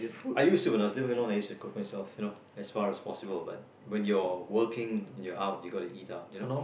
I used to when I was living alone cook myself you know as far as possible but when you're working when you're out you gotta eat out you know